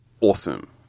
Awesome